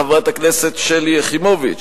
חברת הכנסת שלי יחימוביץ.